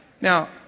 Now